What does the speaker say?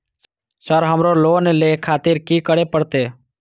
Sir हमरो loan ले खातिर की करें परतें?